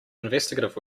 investigative